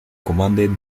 commanded